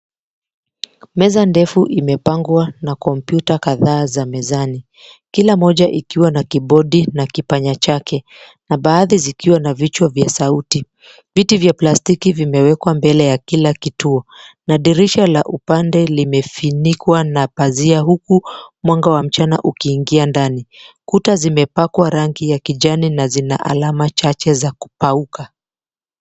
Meza ndefu imepangwa na kompyuta kadhaa za mezani, kila moja ikiwa na keyboard na kipanya chake na baadhi zikiwa na vichwa vya sauti. Viti vya plastiki vimewekwa mbele ya kila kituo na dirisha la upande limefunikwa na pazia huku mwanga wa mchana ukiingia ndani. Kuta zimepakwa rangi ya kijani na Zina alama chache za kukauka.